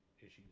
issues